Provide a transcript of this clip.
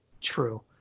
true